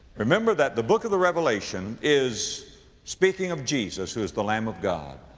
remember that the book of the revelation is speaking of jesus who is the lamb of god.